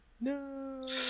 No